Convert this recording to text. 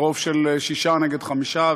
ברוב של שישה נגד חמישה,